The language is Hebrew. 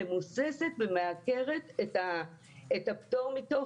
מבוססת ומעכבת את הפטור מתור.